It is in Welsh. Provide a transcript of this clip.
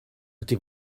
ydy